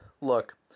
Look